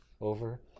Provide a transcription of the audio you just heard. over